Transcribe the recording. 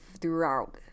throughout